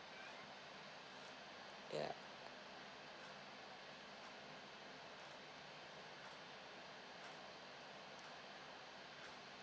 ya